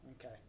Okay